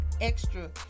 extra